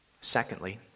Secondly